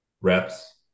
reps